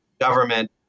government